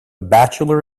bachelor